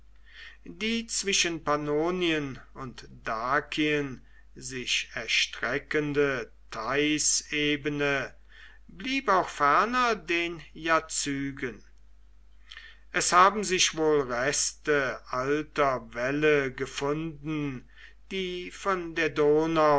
die zwischen pannonien und dakien sich erstreckende theißebene blieb auch ferner den jazygen es haben sich wohl reste alter wälle gefunden die von der donau